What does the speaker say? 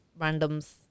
randoms